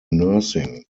nursing